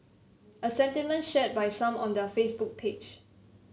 a sentiment shared by some on their Facebook page